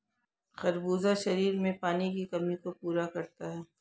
खरबूजा शरीर में पानी की कमी को पूरा करता है